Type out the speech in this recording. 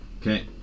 Okay